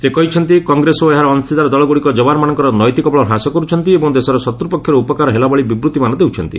ସେ କହିଛନ୍ତି କଂଗ୍ରେସ ଓ ଏହାର ଅଂଶୀଦାର ଦଳଗୁଡ଼ିକ ଯବାନମାନଙ୍କର ନୈତିକ ବଳ ହ୍ରାସ କରୁଛନ୍ତି ଏବଂ ଦେଶର ଶତ୍ରୁପକ୍ଷର ଉପକାର ହେଲାଭଳି ବିବୃଭିମାନ ଦେଉଛନ୍ତି